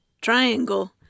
triangle